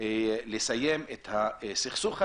לסיים את הסכסוך הזה.